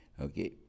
Okay